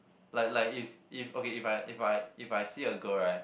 like like if if okay if I if I if I see a girl right